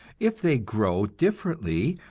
if they grow differently,